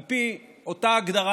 על פי אותה הגדרה,